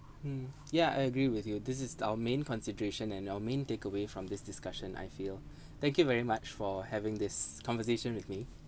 mm yeah I agree with you this is our main consideration and our main takeaway from this discussion I feel thank you very much for having this conversation with me